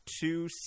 two